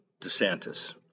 DeSantis